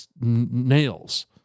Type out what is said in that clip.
nails